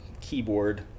keyboard